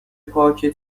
پاکه